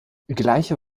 gleiche